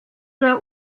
der